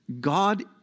God